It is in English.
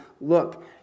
Look